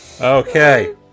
Okay